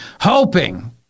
hoping